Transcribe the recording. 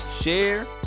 share